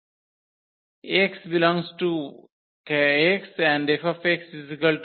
সুতরাং এটি এখানে কার্নেল